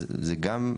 אז זה גם,